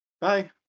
Bye